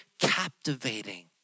captivating